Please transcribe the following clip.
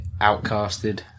outcasted